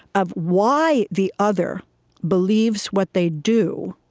of why the other believes what they do,